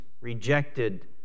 rejected